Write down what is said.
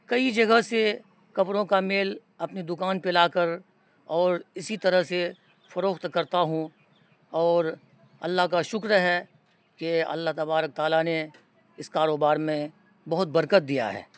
کئی جگہ سے کپڑوں کا مال اپنی دکان پہ لا کر اور اسی طرح سے فروخت کرتا ہوں اور اللہ کا شکر ہے کہ اللہ تبار تعالیٰ نے اس کاروبار میں بہت برکت دیا ہے